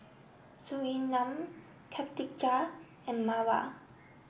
Surinam Khatijah and Mawar